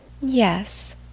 Yes